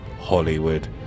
Hollywood